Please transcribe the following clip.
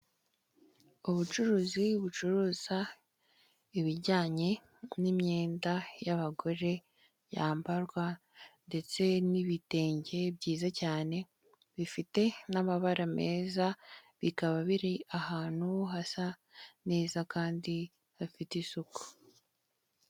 Ubucuruzi bucuruza ibijyanye n'imyenda y'abagore yambarwa ndetse n'ibitenge byiza cyane bifite n'amabara meza bikaba biri ahantu hasa neza kandi hafite isuku.